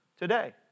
today